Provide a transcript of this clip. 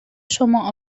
شما